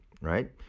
right